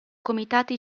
comitati